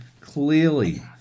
clearly